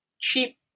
cheap